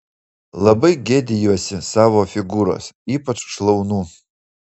labai gėdijuosi savo figūros ypač šlaunų